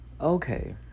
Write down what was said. Okay